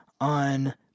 on